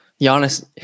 Giannis